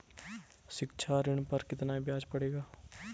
शिक्षा ऋण पर कितना ब्याज पड़ेगा?